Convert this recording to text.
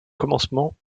commencement